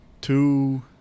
two